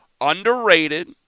underrated